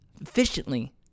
efficiently